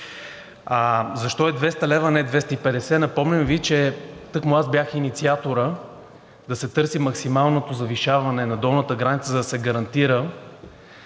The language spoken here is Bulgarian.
Защо е 200 лв., а не 250? Напомням Ви, че тъкмо аз бях инициаторът да се търси максималното завишаване на долната граница, за да се гарантира